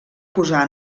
posar